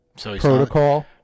protocol